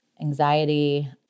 anxiety